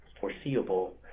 foreseeable